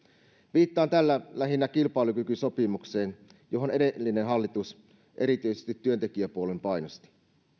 viittaan tällä lähinnä kilpailukykysopimukseen johon edellinen hallitus erityisesti työntekijäpuolen painosti